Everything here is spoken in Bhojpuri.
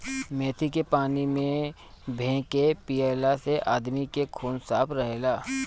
मेथी के पानी में भे के पियला से आदमी के खून साफ़ रहेला